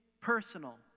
personal